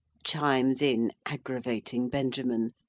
chimes in agravating benjamin,